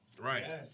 Right